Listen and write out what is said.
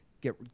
get